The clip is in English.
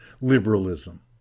Liberalism